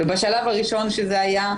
בשלב הראשון שזה היה,